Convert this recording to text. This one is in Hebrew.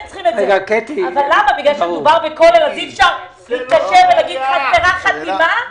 בגלל שמדובר בכולל אי אפשר להתקשר ולומר שחסרה חתימה?